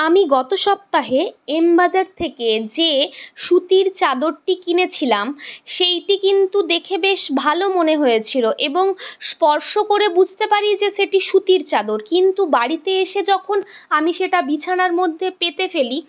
আমি গত সপ্তাহে এম বাজার থেকে যে সুতির চাদরটি কিনেছিলাম সেইটি কিন্তু দেখে বেশ ভালো মনে হয়েছিলো এবং স্পর্শ করে বুঝতে পারি যে সেটি সুতির চাদর কিন্তু বাড়িতে এসে যখন আমি সেটা বিছানার মধ্যে পেতে ফেলি